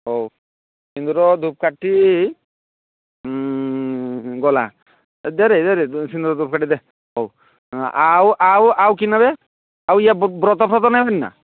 ହେଉ ସିନ୍ଦୁର ଧୂପକାଠି ଗଲା ଦେରେ ଦେରେ ସିନ୍ଦୁର ଧୂପକାଠି ଦେ ହେଉ ଆଉ କି ନେବେ ଆଉ ଇଏ ବ୍ରତ ଫ୍ରତ ନେବେନି ନା